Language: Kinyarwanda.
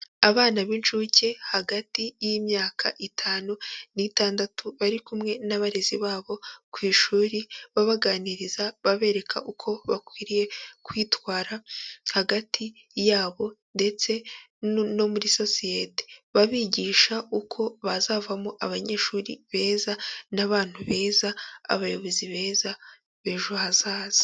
Abana b'incuke hagati y'imyaka itanu n'itandatu bari kumwe n'abarezi babo ku ishuri babaganiriza babereka uko bakwiriye kwitwara hagati yabo ndetse no muri sosiyete, babigisha uko bazavamo abanyeshuri beza n'abantu beza, abayobozi beza b'ejo hazaza.